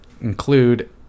include